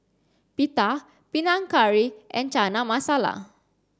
Pita Panang Curry and Chana Masala